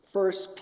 First